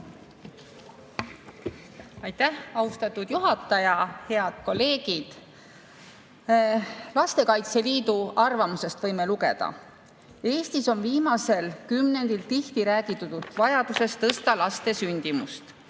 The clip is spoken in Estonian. Aitäh, austatud juhataja! Head kolleegid! Lastekaitse Liidu arvamusest võime lugeda: "Eestis on viimasel kümnendil tihti räägitud vajadusest tõsta laste sündimust.